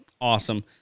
Awesome